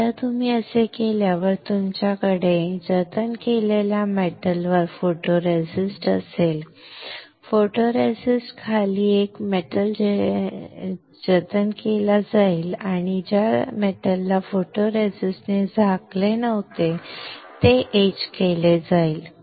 एकदा तुम्ही असे केल्यावर तुमच्याकडे जतन केलेल्या धातूवर फोटोरेसिस्ट असेल फोटोरेसिस्टच्या खाली एक धातू जतन केला जाईल आणि ज्या धातूला फोटोरेसिस्टने झाकले नव्हते ते एच केले जाईल